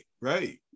right